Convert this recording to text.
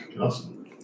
Awesome